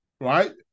right